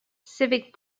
civic